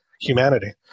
humanity